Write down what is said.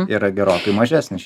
yra gerokai mažesnis